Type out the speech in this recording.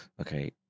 okay